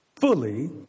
fully